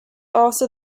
also